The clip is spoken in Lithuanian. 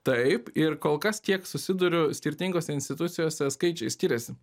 taip ir kolkas kiek susiduriu skirtingose institucijose skaičiai skiriasi